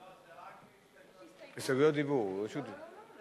לא, זה רק הסתייגויות, יש הסתייגות.